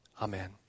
Amen